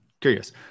Curious